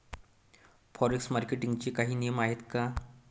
Forex मार्केटचे काही नियम आहेत का?